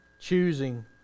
Choosing